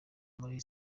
kuri